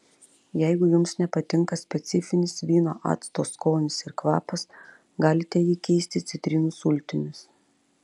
jeigu jums nepatinka specifinis vyno acto skonis ir kvapas galite jį keisti citrinų sultimis